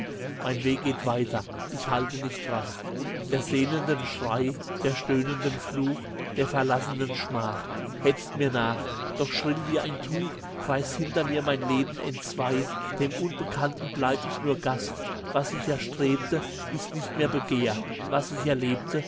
mein weg geht weiter ich halte nicht rast der sehnenden schrei der stöhnenden fluch der verlassenen schmach hetzt mir nach doch schrill wie ein tuch reißt hinter mir mein leben entzwei dem unbekannten bleib ich nur gast was ich erstrebte ist nicht mehr begehr was ich erlebte